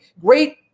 great